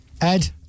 Ed